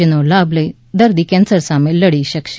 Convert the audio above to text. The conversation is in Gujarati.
જેનો લાભ લઇ દર્દી કેન્સર સામે લડી શકશે